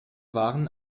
waren